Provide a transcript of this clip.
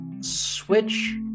switch